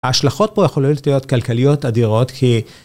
ההשלכות פה יכולות להיות כלכליות אדירות כי...